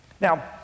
Now